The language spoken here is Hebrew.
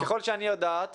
ככל שאת יודעת,